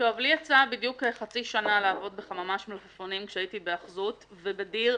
לי יצא בדיוק חצי שנה לעבוד בחממה של מלפפונים כשהייתי בהיאחזות ובדיר.